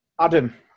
Adam